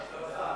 ההצעה